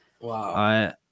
Wow